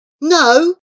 No